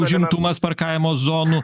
užimtumas parkavimo zonų